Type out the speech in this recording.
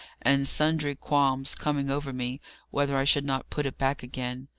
and sundry qualms coming over me whether i should not put it back again.